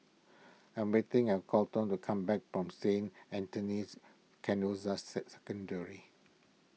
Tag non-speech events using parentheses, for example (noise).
I'm waiting at Coleton to come back from Saint Anthony's Canossian (unintelligible)